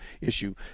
issue